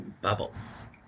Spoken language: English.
Bubbles